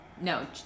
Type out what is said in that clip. No